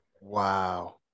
Wow